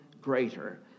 Greater